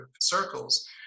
circles